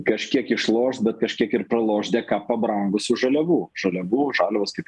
kažkiek išloš bet kažkiek ir praloš dėka pabrangusių žaliavų žaliavų žaliavos kaip